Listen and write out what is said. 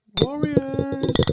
Warriors